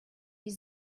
die